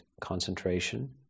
concentration